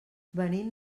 venim